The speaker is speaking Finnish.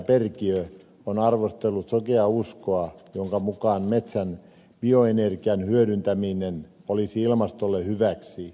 perkiö on arvostellut sokeaa uskoa jonka mukaan metsän bioenergian hyödyntäminen olisi ilmastolle hyväksi